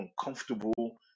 uncomfortable